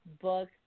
book